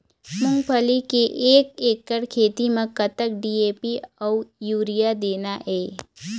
मूंगफली के एक एकड़ खेती म कतक डी.ए.पी अउ यूरिया देना ये?